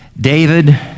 David